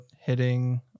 hitting